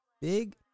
big